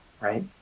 right